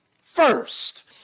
first